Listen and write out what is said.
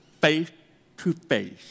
face-to-face